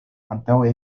antaŭe